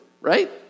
right